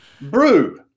brew